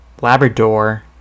Labrador